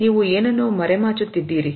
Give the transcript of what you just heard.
ನೀವು ಏನೇನೋ ಮರೆಮಾಚುತ್ತಿದ್ದೀರಿ